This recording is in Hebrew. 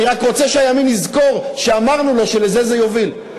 אני רק רוצה שהימין יזכור שאמרנו לו שלזה זה יוביל.